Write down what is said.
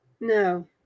No